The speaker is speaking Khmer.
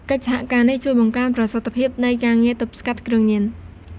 កិច្ចសហការនេះជួយបង្កើនប្រសិទ្ធភាព នៃការងារទប់ស្កាត់គ្រឿងញៀន។